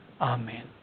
Amen